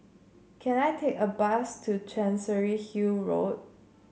can I take a bus to Chancery Hill Road